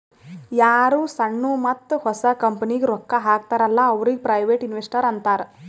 ಯಾರು ಸಣ್ಣು ಮತ್ತ ಹೊಸ ಕಂಪನಿಗ್ ರೊಕ್ಕಾ ಹಾಕ್ತಾರ ಅಲ್ಲಾ ಅವ್ರಿಗ ಪ್ರೈವೇಟ್ ಇನ್ವೆಸ್ಟರ್ ಅಂತಾರ್